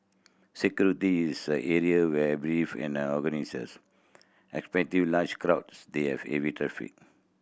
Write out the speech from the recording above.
security is the area where beefed up and organisers expected large crowds and heavy traffic